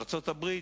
ארצות-הברית,